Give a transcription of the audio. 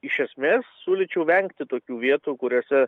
iš esmės siūlyčiau vengti tokių vietų kuriose